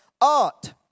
art